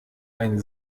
ein